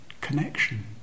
connection